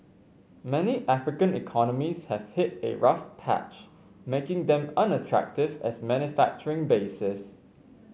many African economies have hit a rough patch making them unattractive as manufacturing bases